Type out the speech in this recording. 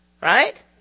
Right